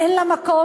אין להן מקום.